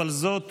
אבל זאת